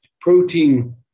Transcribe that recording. protein